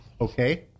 Okay